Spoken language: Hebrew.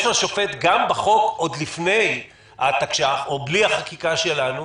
לשופט גם בחוק עוד לפני התקש"ח או בלי החקיקה שלנו,